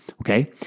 Okay